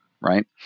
right